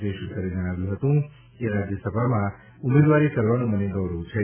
જયશંકરે જણાવ્યું હતું કે રાજ્યસભામાં ઉમેદવારી કરવાનું મને ગૌરવ છે